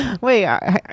Wait